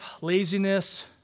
laziness